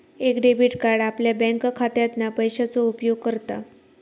एक debit card आपल्या बँकखात्यातना पैशाचो उपयोग करता